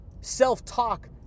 Self-talk